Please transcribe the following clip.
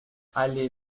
allée